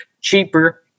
cheaper